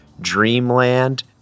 Dreamland